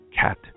cat